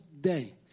day